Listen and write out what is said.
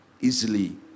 easily